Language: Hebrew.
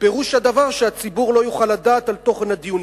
ופירוש הדבר הוא שהציבור לא יוכל לדעת על תוכן הדיונים.